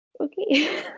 Okay